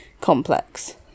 complex